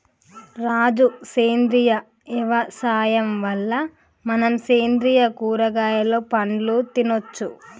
రాజు సేంద్రియ యవసాయం వల్ల మనం సేంద్రియ కూరగాయలు పండ్లు తినచ్చు